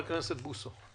חבר הכנסת בוסו.